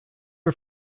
are